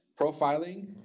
profiling